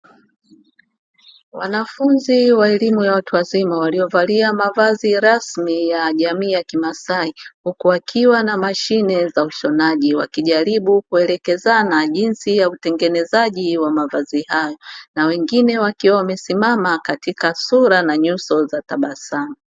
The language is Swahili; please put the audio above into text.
Wanafunzi wa elimu ya watu wazima waliovalia mavazi rasmi ya jamii ya kimasai, huku wakiwa na mashine za ushonaji wakijaribu kuelekezana jinsi ya utengenezaji wa mashine hizo na wengine wakiwa wamesimamishwa katika sura na nyuso za tabasamu.